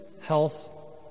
health